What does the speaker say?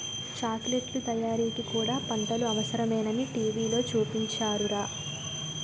చాకిలెట్లు తయారీకి కూడా పంటలు అవసరమేనని టీ.వి లో చూపించారురా